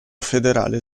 federale